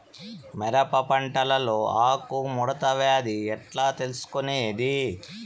మిరప పంటలో ఆకు ముడత వ్యాధి ఎట్లా తెలుసుకొనేది?